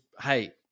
hey